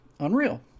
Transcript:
Unreal